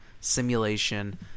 simulation